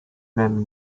même